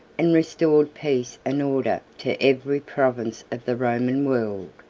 and restored peace and order to every province of the roman world.